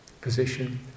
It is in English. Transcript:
position